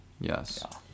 yes